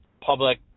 public